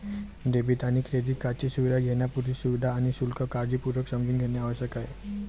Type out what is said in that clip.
debit आणि credit कार्डची सुविधा घेण्यापूर्वी, सुविधा आणि शुल्क काळजीपूर्वक समजून घेणे आवश्यक आहे